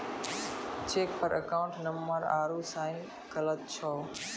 cheque पर account number आरू sign गलत छौ